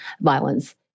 violence